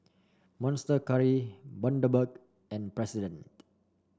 Monster Curry Bundaberg and President